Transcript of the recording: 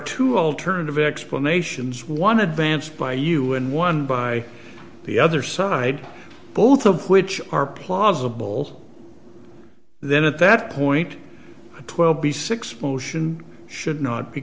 two alternative explanations one advanced by you and one by the other side both of which are plausible then at that point the twelve piece explosion should not be